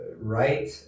right